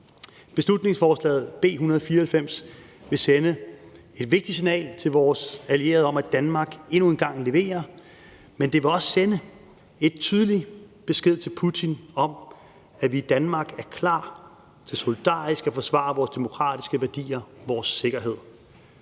Beslutningsforslaget B 194 vil sende et vigtigt signal til vores allierede om, at Danmark endnu en gang leverer, men det vil også sende en tydelig besked til Putin om, at vi i Danmark er klar til solidarisk at forsvare vores demokratiske værdier og vores sikkerhed.